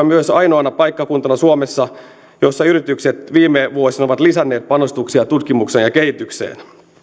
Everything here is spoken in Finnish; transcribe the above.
myös ainoana paikkakuntana suomessa jossa yritykset viime vuosina ovat lisänneet panostuksia tutkimukseen ja kehitykseen